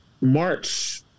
march